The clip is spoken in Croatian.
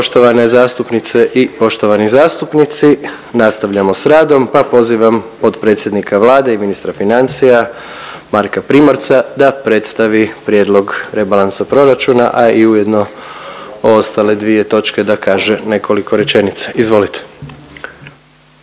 STANKE U 10,05 SATI Poštovani zastupnici, nastavljamo s radom, pa pozivam potpredsjednika Vlade i ministra financija Marka Primorca da predstavi Prijedlog rebalansa proračuna, a i ujedno ostale dvije točke da kaže nekoliko rečenica, izvolite.